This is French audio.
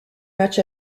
match